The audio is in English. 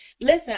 Listen